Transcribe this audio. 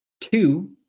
two